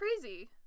crazy